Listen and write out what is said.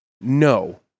no